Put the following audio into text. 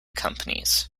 companies